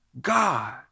God